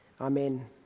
Amen